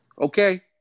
okay